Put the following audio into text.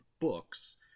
books